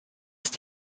ist